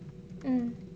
mm